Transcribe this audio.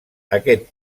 aquest